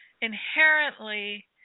inherently